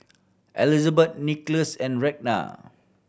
Elisabeth Nicolas and Ragna